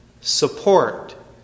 support